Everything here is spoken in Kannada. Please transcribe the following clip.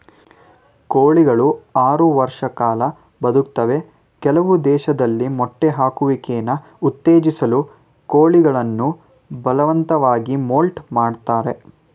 ಕೋಳಿಗಳು ಆರು ವರ್ಷ ಕಾಲ ಬದುಕ್ತವೆ ಕೆಲವು ದೇಶದಲ್ಲಿ ಮೊಟ್ಟೆ ಹಾಕುವಿಕೆನ ಉತ್ತೇಜಿಸಲು ಕೋಳಿಗಳನ್ನು ಬಲವಂತವಾಗಿ ಮೌಲ್ಟ್ ಮಾಡ್ತರೆ